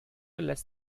lässt